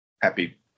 Happy